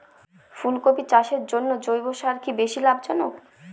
ফুলকপি চাষের জন্য জৈব সার কি বেশী লাভজনক?